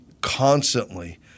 constantly